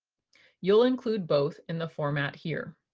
you'll include both in the format here.